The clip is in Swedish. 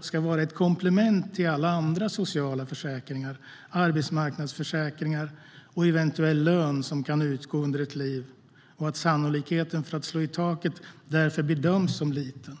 ska vara ett komplement till alla andra sociala försäkringar, arbetsmarknadsförsäkringar och eventuell lön som kan utgå under ett liv. Sannolikheten att slå i taket bedöms därför som liten.